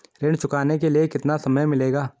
ऋण चुकाने के लिए कितना समय मिलेगा?